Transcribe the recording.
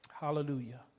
Hallelujah